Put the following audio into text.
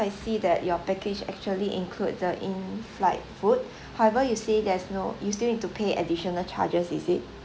I see that your package actually include the in flight food however you say there's no you still need to pay additional charges is it